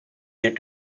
due